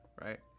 right